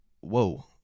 whoa